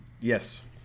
Yes